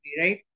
right